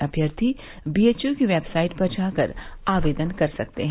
अम्यर्थी BHU की website पर जाकर आवेदन कर सकते हैं